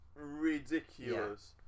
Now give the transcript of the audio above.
ridiculous